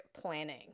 planning